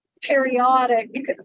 periodic